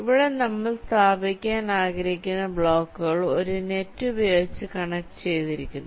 ഇവിടെ നമ്മൾ സ്ഥാപിക്കാൻ ആഗ്രഹിക്കുന്ന ബ്ലോക്കുകൾ ഒരു നെറ്റ് ഉപയോഗിച്ചു കണക്ട് ചെയ്തിരിക്കുന്നു